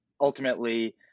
ultimately